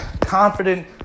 confident